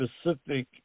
specific